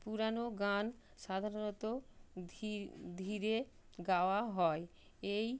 পুরানো গান সাধারণত ধী ধীরে গাওয়া হয় এই